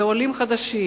מדובר בעולים חדשים,